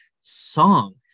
song